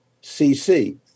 C-C